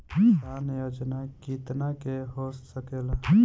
किसान योजना कितना के हो सकेला?